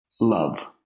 love